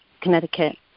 Connecticut